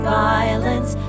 violence